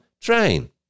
train